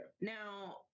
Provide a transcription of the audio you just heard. Now